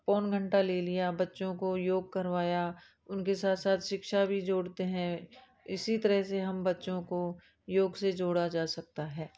पौन घंटा ले लिया बच्चों को योग करवाया उनके साथ साथ शिक्षा भी जोड़ते हैं इसी तरह से हम बच्चों को योग से जोड़ा जा सकता है